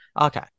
okay